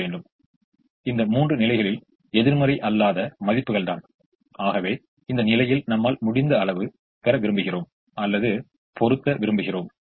எனவே நாம் இந்த நிலையில் 1 ஐ பொருத்தினால் அதன் செலவு 3 ஆக அதிகரிக்கும் எனவே இந்த நிலையில் ஏதாவது ஒன்றை பொருத்துவது என்பது நமக்கு லாபமல்ல